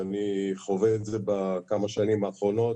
אני חווה את זה בכמה השנים האחרונות.